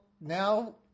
now